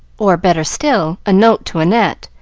or, better still, a note to annette,